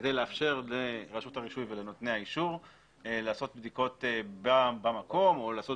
כדי לאפשר לרשות הרישוי ולנותני האישור לעשות בדיקות במקום או לעשות